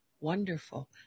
Wonderful